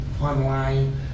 online